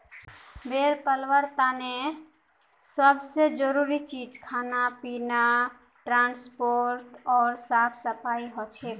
भेड़ पलवार तने सब से जरूरी चीज खाना पानी ट्रांसपोर्ट ओर साफ सफाई हछेक